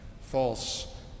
false